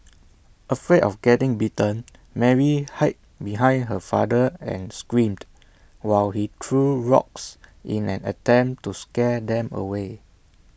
afraid of getting bitten Mary hid behind her father and screamed while he threw rocks in an attempt to scare them away